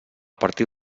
partir